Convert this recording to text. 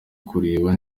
kureba